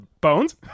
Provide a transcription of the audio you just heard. Bones